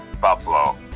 Buffalo